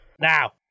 Now